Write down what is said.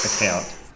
account